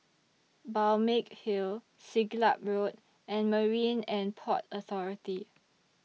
Balmeg Hill Siglap Road and Marine and Port Authority